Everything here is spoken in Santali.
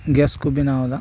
ᱜᱮᱥ ᱠᱚ ᱵᱮᱱᱟᱣ ᱫᱟ